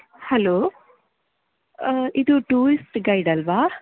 hello ಇದು tourist guide ಅಲ್ವಾ